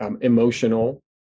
emotional